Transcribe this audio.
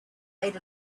made